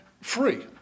free